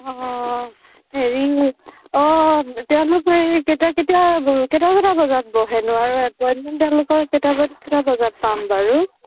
অ হেৰি অ' তেওঁলোক হেৰি কেতিয়া কেতিয়া কেইটা বজাত বহেনো আৰু এপইণ্টমেণ্ট তেওঁলোকৰ কেইটা ব কেইটা বজাত পাম বাৰু